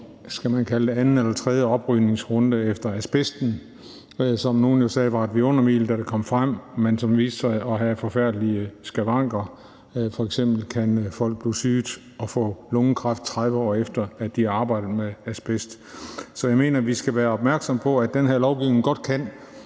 skal man kalde det, en anden eller tredje oprydningsrunde efter asbesten, som nogle jo sagde var et vidundermiddel, da det kom frem, men som viste sig at have forfærdelige skavanker. F.eks. kan folk blive syge og få lungekræft, 30 år efter de har arbejdet med asbest. Så jeg mener, at vi skal være opmærksomme på, at den her lovgivning godt kan